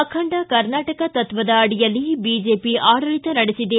ಅಖಂಡ ಕರ್ನಾಟಕ ತತ್ವದ ಅಡಿಯಲ್ಲಿ ಬಿಜೆಪಿ ಆಡಳಿತ ನಡೆಸಿದೆ